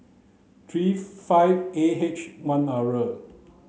three five A H one R row